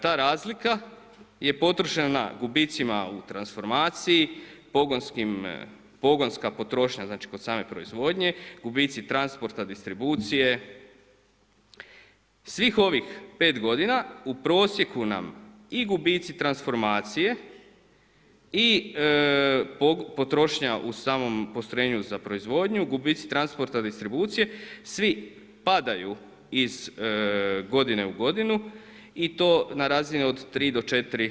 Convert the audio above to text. Ta razlika je potrošena gubicima u transformaciji pogonska potrošnja, znači kod same proizvodnje, gubici transporta distribucije, svih ovih 5 g. u prosjeku nam i gubici transformacije i potrošnja u samom postrojenju za proizvodnju, gubici transporta distribucije, svi padaju iz godine u godinu i to na razinu od 3-4%